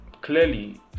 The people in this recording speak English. clearly